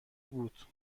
بود